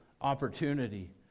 opportunity